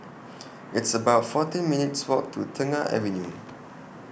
It's about fourteen minutes' Walk to Tengah Avenue